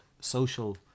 social